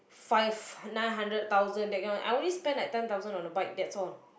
five nine hundred thousand that kind of thing I only spend like ten thousand on the bike that's all